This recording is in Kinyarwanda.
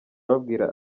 ababwira